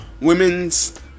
women's